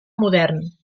modern